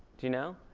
you know?